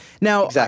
Now